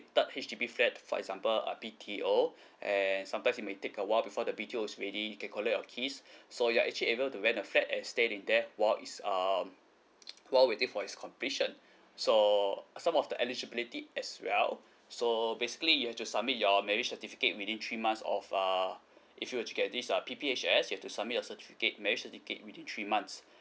third H_D_B flat for example uh B_T_O and sometimes it may take a while before the B_T_O is ready you can collect your keys so you're actually able to rent a flat and stay in there while it's um while waiting for its completion so some of the eligibility as well so basically you have to submit your marriage certificate within three months of err if you were to get these uh P_P_H_S you have to submit your certificate marriage certificate within three months